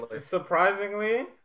surprisingly